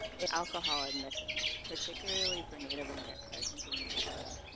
in alcohol admissions, particularly for native americans in minnesota.